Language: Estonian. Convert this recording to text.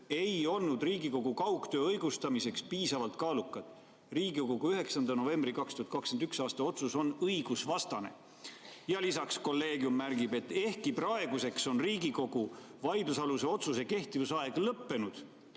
ei olnud Riigikogu kaugtöö õigustamiseks piisavalt kaalukad. Riigikogu 9. novembri 2021. aasta otsus on õigusvastane."Ja lisaks: "Kolleegium märgib, et ehkki praeguseks on Riigikogu vaidlusaluse otsuse kehtivusaeg lõppenud,